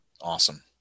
Awesome